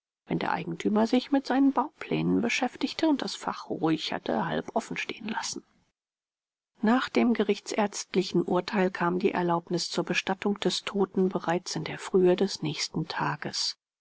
wenn der eigentümer sich mit seinen bauplänen beschäftigte und das fach ruhig hatte halb offenstehen lassen nach dem gerichtsärztlichen urteil kam die erlaubnis zur bestattung des toten bereits in der frühe des nächsten tages